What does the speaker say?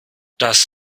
das